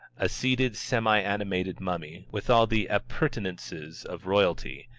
a seated semi-animated mummy, with all the appurtenances of royalty,